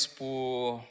por